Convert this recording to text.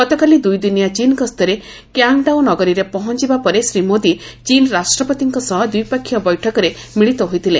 ଗତକାଲି ଦୁଇ ଦିନିଆ ଚୀନ୍ ଗସ୍ତରେ କ୍ୱାଙ୍ଗ୍ଡାଓ ନଗରୀରେ ପହଞ୍ଚିବା ପରେ ଶ୍ରୀ ମୋଦି ଚୀନ୍ ରାଷ୍ଟ୍ରପତିଙ୍କ ସହ ଦ୍ୱିପକ୍ଷିୟ ବୈଠକରେ ମିଳିତ ହୋଇଥିଲେ